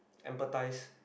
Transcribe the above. emphasize